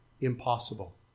impossible